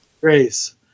Grace